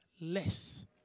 less